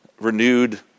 renewed